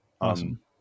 Awesome